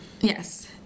Yes